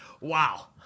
Wow